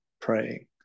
praying